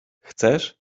chcesz